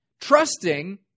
trusting